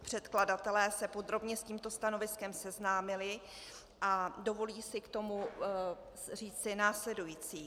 Předkladatelé se podrobně s tímto stanoviskem seznámili a dovolí si k tomu říci následující.